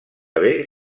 haver